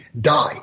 die